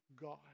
God